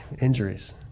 injuries